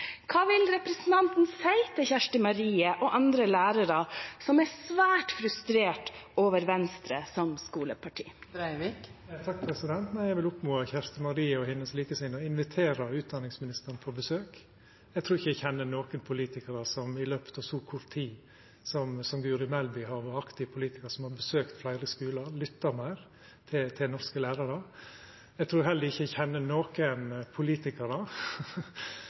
vil representanten si til Kjersti Marie og andre lærere som er svært frustrert over Venstre som skoleparti? Eg vil oppmoda Kjersti Marie og hennar likesinna til å invitera utdanningsministeren på besøk. Eg trur ikkje eg kjenner nokon politikar som i løpet av så kort tid som det Guri Melby har vore aktiv politikar, har besøkt fleire skular og lytta meir til norske lærarar. Eg trur heller ikkje eg kjenner nokon